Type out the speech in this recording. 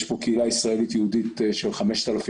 יש פה קהילה ישראלית יהודית של 5,000